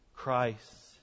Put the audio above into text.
Christ